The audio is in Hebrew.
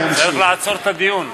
צריך לעצור את הדיון.